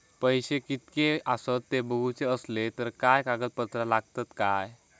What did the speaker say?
पैशे कीतके आसत ते बघुचे असले तर काय कागद पत्रा लागतात काय?